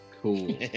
Cool